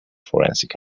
forensic